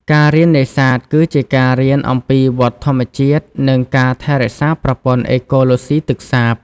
ការរៀននេសាទ គឺជាការរៀនអំពីវដ្តធម្មជាតិ និងការថែរក្សាប្រព័ន្ធអេកូឡូស៊ីទឹកសាប។